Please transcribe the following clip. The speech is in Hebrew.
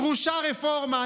דרושה רפורמה.